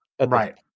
right